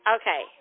Okay